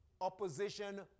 Opposition